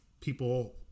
people